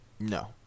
No